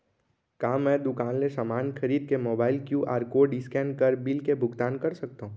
का मैं दुकान ले समान खरीद के मोबाइल क्यू.आर कोड स्कैन कर बिल के भुगतान कर सकथव?